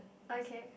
okay